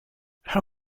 how